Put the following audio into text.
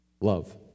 love